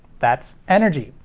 that's energy!